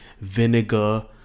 vinegar